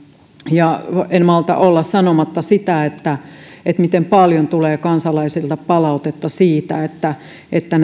en malta olla sanomatta sitä miten paljon tulee kansalaisilta palautetta siitä että että